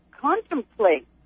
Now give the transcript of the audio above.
contemplate